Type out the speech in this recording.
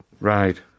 Right